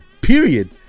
Period